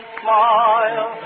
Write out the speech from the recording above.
smile